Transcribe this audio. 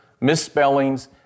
misspellings